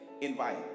Invite